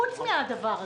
חוץ מהדבר הזה,